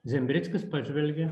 zembrickis pažvelgė